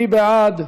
מי בעד?